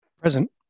Present